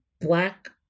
black